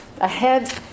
ahead